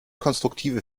konstruktive